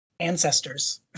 ancestors